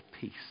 peace